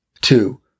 Two